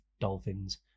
dolphins